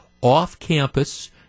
off-campus